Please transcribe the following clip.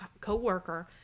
coworker